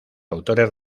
autores